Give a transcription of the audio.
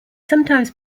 sometimes